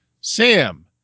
Sam